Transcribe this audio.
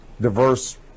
diverse